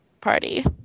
Party